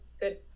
good